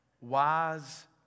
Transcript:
wise